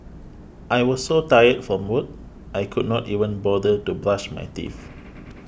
I was so tired from work I could not even bother to brush my teeth